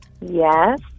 Yes